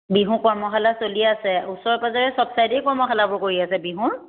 বিহু কৰ্মশালা চলি আছে ওচৰে পাজৰে চব চাইডেই কৰ্মশালাবোৰ কৰি আছে বিহুৰ